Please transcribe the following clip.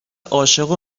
عاشق